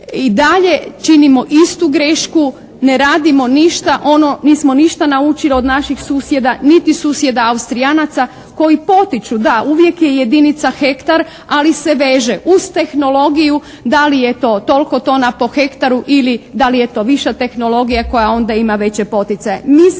I dalje činimo istu grešku, ne radimo ništa ono, nismo ništa naučili od naših susjeda niti susjeda Austrijanaca koji potiču da uvijek je jedinica hektar, ali se veže uz tehnologiju. Da li je toliko tona po hektaru ili da li je to više od tehnologije koja onda ima veće poticaje.